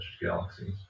galaxies